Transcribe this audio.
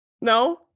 No